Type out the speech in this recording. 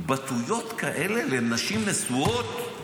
התבטאויות כאלה לנשים נשואות,